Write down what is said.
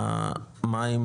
מה עם